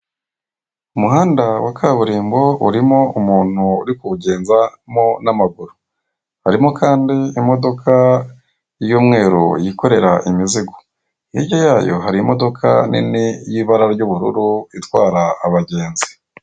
Umuhanda wa kaburimbo urimo umugabo uri kugenda n'amaguru. Hirya yayo hari imodoka y'umweru itwara imizigo ndetse n'imodoka y'ubururu itwara abagenzi